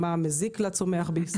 מזיקים.